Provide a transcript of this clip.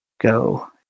go